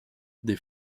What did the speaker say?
des